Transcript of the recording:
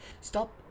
Stop